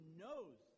knows